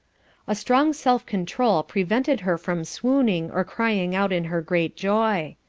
a strong self-control prevented her from swooning or crying out in her great joy.